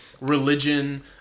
religion